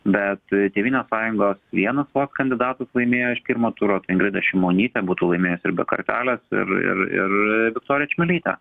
bet tėvynės sąjungos vienas vos kandidatas laimėjo iš pirmo turo tai ingrida šimonytė būtų laimėjus ir kartelės ir ir ir viktorija čmilytė